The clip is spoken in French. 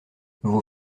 vos